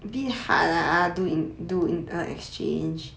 the han lah do in due in exchange